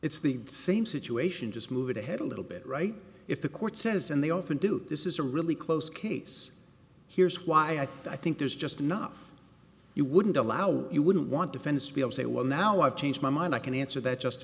it's the same situation just moving ahead a little bit right if the court says and they often do it this is a really close case here's why i think there's just not you wouldn't allow you wouldn't want defense to be able say well now i've changed my mind i can answer that just